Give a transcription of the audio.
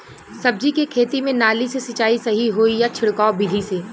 सब्जी के खेती में नाली से सिचाई सही होई या छिड़काव बिधि से?